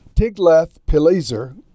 Tiglath-Pileser